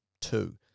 two